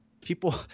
people